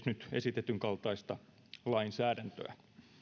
nyt esitetyn kaltaista lainsäädäntöä